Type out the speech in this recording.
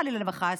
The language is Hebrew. חלילה וחס,